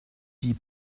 die